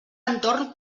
entorn